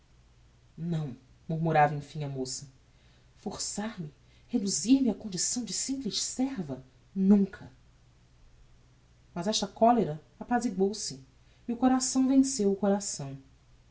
não murmurava emfim a moça forçar me reduzir me á condição de simples serva nunca mas esta colera apaziguou se e o coração venceu o coração